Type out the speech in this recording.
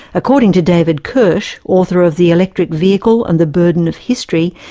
according to david kirsch, author of the electric vehicle and the burden of history,